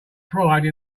pride